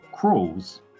Crawls